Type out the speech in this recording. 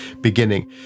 beginning